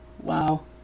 Wow